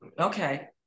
okay